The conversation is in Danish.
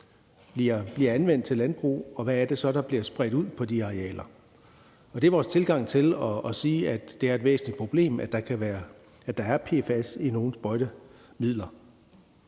bliver anvendt til landbrug, og hvad det så er, der bliver spredt ud på de arealer. Og det er vores tilgang til at sige, at det er et væsentligt problem, at der er PFAS i nogle sprøjtemidler,